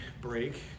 break